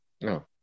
No